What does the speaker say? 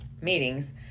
meetings